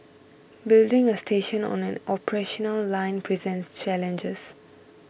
building a station on an operational line presents challenges